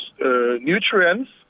nutrients